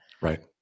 Right